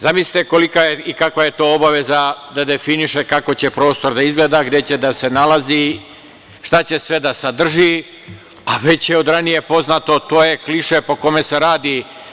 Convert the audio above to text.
Zamislite kolika je i kakva je to obaveza da definiše kako će prostor da izgleda, gde će da se nalazi i šta će sve da sadrži, a već je od ranije poznato, to je kliše po kome se radi.